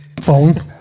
phone